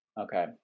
Okay